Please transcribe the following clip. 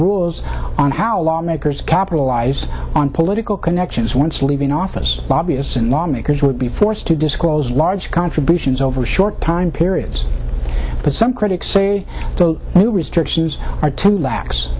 rules on how lawmakers capitalize on political connections once leaving office lobbyists and lawmakers would be forced to disclose large contributions over short time periods but some critics say the restrictions are too lax